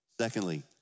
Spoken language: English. Secondly